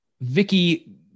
Vicky